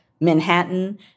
Manhattan